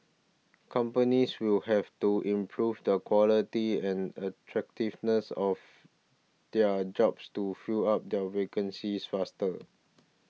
companies will have to improve the quality and attractiveness of their jobs to fill up their vacancies faster